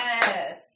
Yes